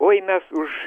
oi mes už